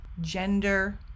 gender